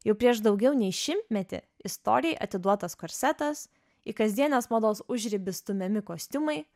jau prieš daugiau nei šimtmetį istorijai atiduotas korsetas į kasdienės mados užribius stumiami kostiumai